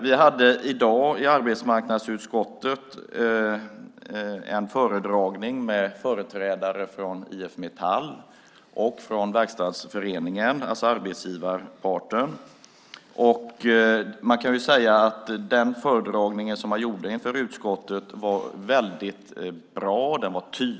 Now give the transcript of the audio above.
Vi hade i dag i arbetsmarknadsutskottet en föredragning med företrädare för IF Metall och Sveriges verkstadsförening, alltså arbetsgivarparten. Föredragningen var mycket bra.